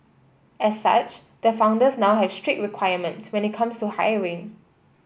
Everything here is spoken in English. as such the founders now have strict requirements when it comes to hiring